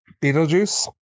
Beetlejuice